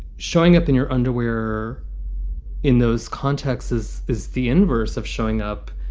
showing up in your underwear in those contexts is is the inverse of showing up